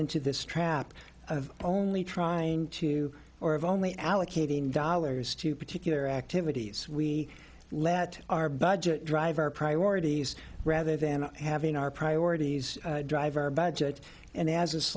into this trap of only trying to or of only allocating dollars to particular activities we let our budget drive our priorities rather than having our priorities drive our budget and as